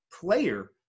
player